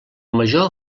major